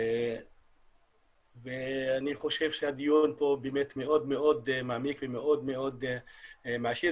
אני חושב שהדיון פה באמת מעמיק ומאוד מעשיר,